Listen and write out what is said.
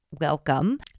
welcome